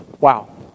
wow